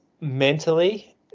mentally